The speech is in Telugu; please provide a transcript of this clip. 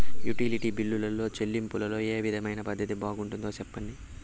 యుటిలిటీ బిల్లులో చెల్లింపులో ఏ విధమైన పద్దతి బాగుంటుందో సెప్పండి?